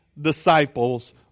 disciples